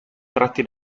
tratti